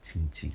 清剂